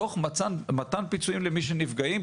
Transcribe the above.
תוך מתן פיצויים למי שנפגעים,